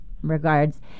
Regards